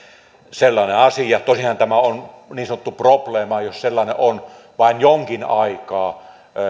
sellainen asia tosinhan tämä on niin sanottu probleema jos sellainen on vain jonkin aikaa